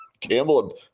Campbell